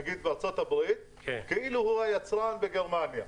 נגיד בארצות-הברית, כאילו הוא היצרן בגרמניה.